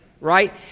Right